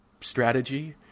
strategy